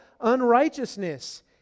unrighteousness